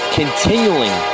continuing